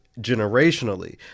generationally